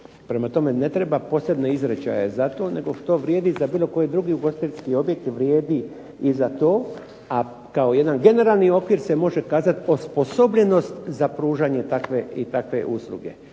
Prema tome, ne treba posebne izričaje za to nego što vrijedi za bilo koji drugi ugostiteljski objekt vrijedi i za to, a kao jedan generalni okvir se može kazat osposobljenost za pružanje takve i takve usluge.